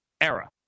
era